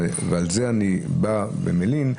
ועל זה אני בא ומלין,